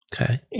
Okay